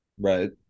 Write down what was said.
Right